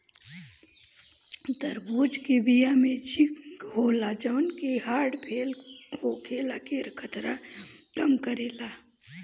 तरबूज के बिया में जिंक होला जवन की हर्ट फेल होखला के खतरा कम करेला